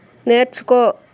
నేర్చుకో